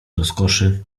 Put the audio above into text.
rozkoszy